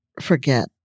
forget